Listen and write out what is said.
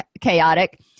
chaotic